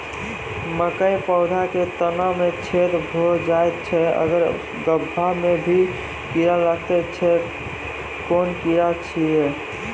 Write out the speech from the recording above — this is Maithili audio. मकयक पौधा के तना मे छेद भो जायत छै आर गभ्भा मे भी कीड़ा लागतै छै कून कीड़ा छियै?